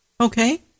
Okay